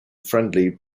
friendly